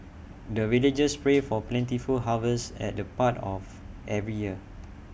the villagers pray for plentiful harvest at the part of every year